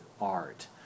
art